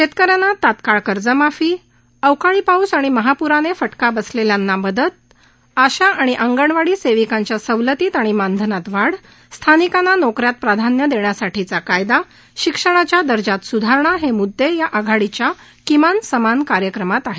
शेतकऱ्यांना तात्काळ कर्जमाफी अवकाळी पाऊस आणि महाप्राने फटका बसलेल्या मदत आशा आणि आंगणवाडी सेविकांच्या सवलतीत आणि मानधनात वाढ स्थानिकांना नोकऱ्यात प्राधान्य देण्यासाठी कायदा शिक्षणाच्या दर्जात स्धारणा हे म्ददे या आघाडीच्या किमान समान कार्यक्रमात आहेत